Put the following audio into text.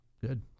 Good